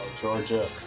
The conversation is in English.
Georgia